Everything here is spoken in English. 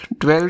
12